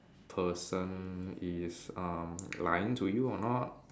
person is um lying to you or not